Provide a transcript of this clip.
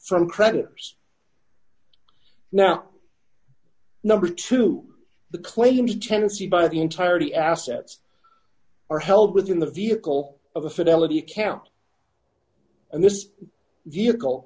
from creditors now number two the claims tendency by the entirety assets are held within the vehicle of the civility camp and this vehicle